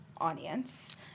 audience